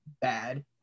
bad